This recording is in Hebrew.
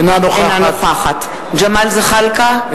אינה נוכחת ג'מאל זחאלקה,